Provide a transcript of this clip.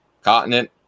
continent